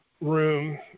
room